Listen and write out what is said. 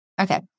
Okay